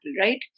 right